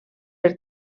per